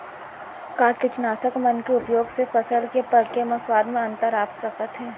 का कीटनाशक मन के उपयोग से फसल के पके म स्वाद म अंतर आप सकत हे?